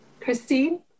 Christine